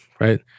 right